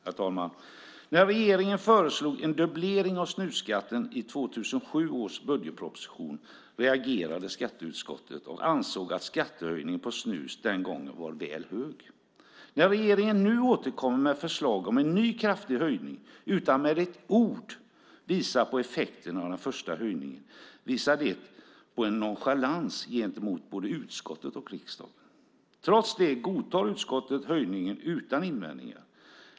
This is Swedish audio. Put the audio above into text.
Herr talman! När regeringen föreslog en dubblering av snusskatten i 2007 års budgetproposition reagerade skatteutskottet och ansåg att skattehöjningen på snus den gången var väl hög. När regeringen nu återkommer med förslag om en ny kraftig höjning utan att med ett ord visa på effekten av den första höjningen visar det på en nonchalans gentemot både utskottet och riksdagen. Trots det godtar utskottet höjningen utan invändningar.